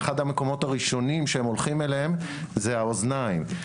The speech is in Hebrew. אחד המקומות הראשונים שהם הולכים אליהם אלה האוזניים.